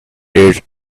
these